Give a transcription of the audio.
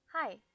Hi